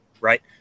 Right